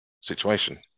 situation